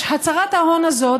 הצהרת ההון הזאת,